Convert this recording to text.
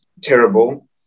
terrible